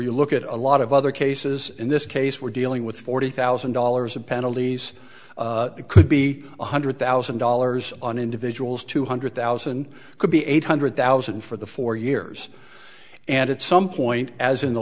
you look at a lot of other cases in this case we're dealing with forty thousand dollars of penalties that could be one hundred thousand dollars on individuals two hundred thousand could be eight hundred thousand for the four years and it's some point as in the